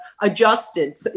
adjusted